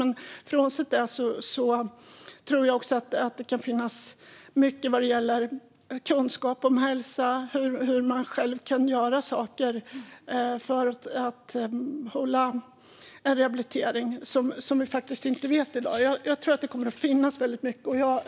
Men frånsett det tror jag att vi kan inhämta mycket kunskap om hälsa och vad man kan göra för att rehabilitera som vi inte vet i dag. Jag tror att det kommer att finnas mycket kunskap.